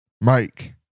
Mike